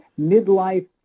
midlife